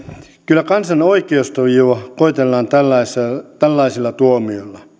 kyllä kansan oikeustajua koetellaan tällaisilla tällaisilla tuomioilla